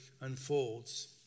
unfolds